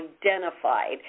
identified